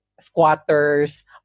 Squatters